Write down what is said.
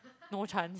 no chance